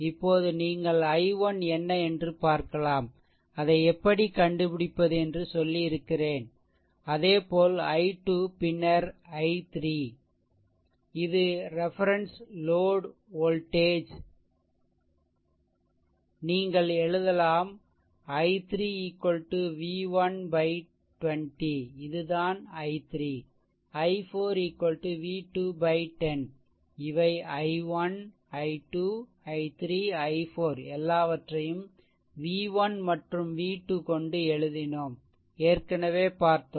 இப்போது நீங்கள் i1 என்ன என்று பார்க்கலாம் அதை எப்படி கண்டுபிடிப்பது என்று சொல்லியிருக்கிறேன் அதே போல் i2 பின்னர் i3 இது ரெஃபெரென்ஷ் லோட் வோல்டேஜ் நீங்கள் எழுதலாம் i3 v1 20 இதுதான் i3 i4 v2 10 இவை i1 i2 i3 i4 எல்லாவற்றையும் v1 மற்றும் v2 கொண்டு எழுதினோம் ஏற்கனவே பார்த்தோம்